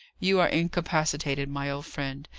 you are incapacitated, my old friend,